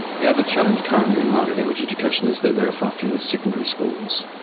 the other challenge currently in maori language education is that there are far fewer secondary schools.